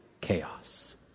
chaos